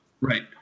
right